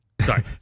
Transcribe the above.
sorry